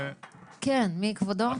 כן, מי כבודו?